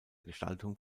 gestaltung